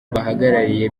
bahagarariye